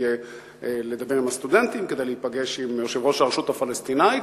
לדבר עם הסטודנטים וכדי להיפגש עם יושב-ראש הרשות הפלסטינית,